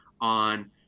on